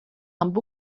amb